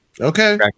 Okay